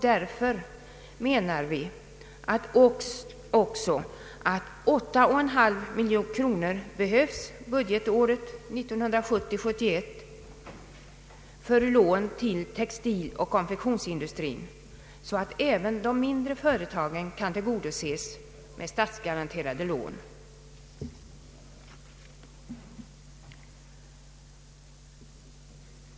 Därför menar vi också att 8,5 miljoner kronor behövs budgetåret 1970/71 för lån till textiloch konfektionsindustrin, så att även de mindre företagen kan tillgodoses med statsgaranterade lån.